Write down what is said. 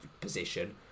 position